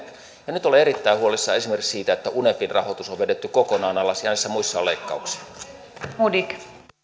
ja nyt olen erittäin huolissani esimerkiksi siitä että unepin rahoitus on vedetty kokonaan alas ja näissä muissa on leikkauksia